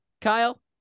kyle